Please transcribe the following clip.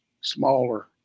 smaller